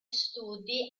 studi